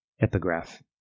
Epigraph